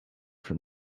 from